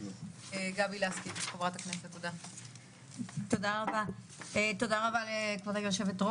חברת הכנסת גבי לסקי בבקשה.